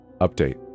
Update